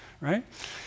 right